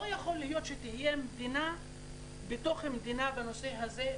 לא יכול להיות שתהיה מדינה בתוך מדינה בנושא הזה.